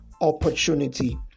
opportunity